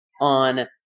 on